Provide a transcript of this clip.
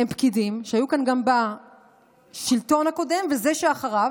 הם פקידים שהיו כאן גם בשלטון הקודם, ובזה שאחריו.